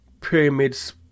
pyramids